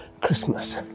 Christmas